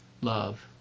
love